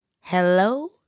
Hello